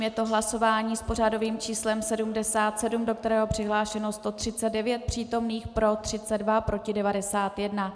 Je to hlasování s pořadovým číslem 77, do kterého je přihlášeno 139 přítomných, pro 32, proti 91.